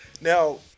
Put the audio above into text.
Now